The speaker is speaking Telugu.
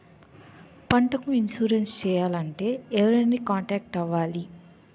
పంటకు ఇన్సురెన్స్ చేయాలంటే ఎవరిని కాంటాక్ట్ అవ్వాలి?